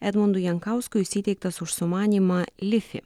edmundui jankauskui jis įteiktas už sumanymą lifi